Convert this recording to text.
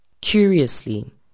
Curiously